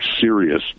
serious